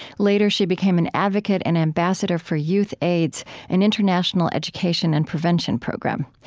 later, she became an advocate and ambassador for youthaids, an international education and prevention program.